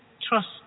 trust